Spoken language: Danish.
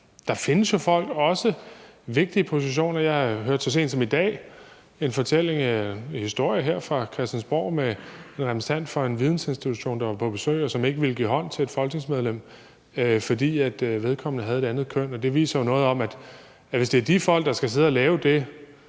også findes de folk i vigtige positioner. Jeg hørte også så sent som i dag en historie her fra Christiansborg om en repræsentant fra en vidensinstitution, der var på besøg, og som ikke ville give hånd til et folketingsmedlem, fordi vedkommende havde et andet køn, og det viser jo noget om, at man, hvis det er de folk, der skal sidde og lave det